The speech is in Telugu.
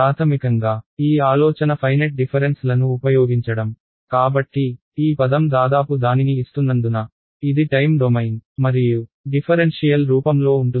ప్రాథమికంగా ఈ ఆలోచన ఫైనెట్ డిఫరెన్స్ లను ఉపయోగించడం కాబట్టి ఈ పదం దాదాపు దానిని ఇస్తున్నందున ఇది టైమ్ డొమైన్ మరియు డిఫరెన్షియల్ రూపంలో ఉంటుంది